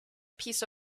piece